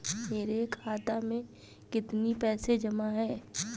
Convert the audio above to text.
मेरे खाता में कितनी पैसे जमा हैं?